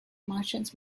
martians